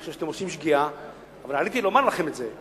אני חושב שאתם עושים שגיאה ועליתי לומר לכם את זה.